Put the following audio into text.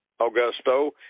Augusto